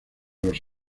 los